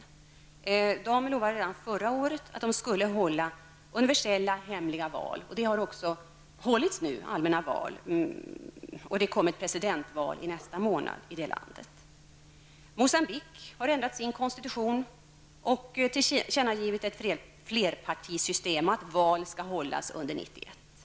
Landet lovade redan förra året att det skulle hålla universella hemliga val. Det har också hållits allmänna val, och presidentval hålls nästa månad. Moçambique har ändrat sin konstitution och tillkännagivit att flerpartisystem införs och meddelar att val skall hållas under 1991.